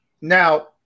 Now